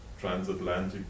transatlantic